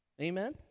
Amen